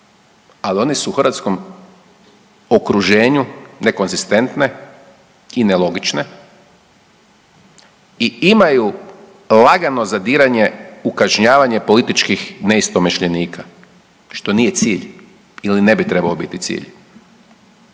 al one su u hrvatskom okruženju nekonzistentne i nelogične i imaju lagano zadiranje u kažnjavanje političkih neistomišljenika, što nije cilj ili ne bi trebao biti cilj.